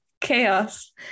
chaos